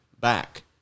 back